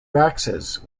axes